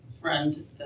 friend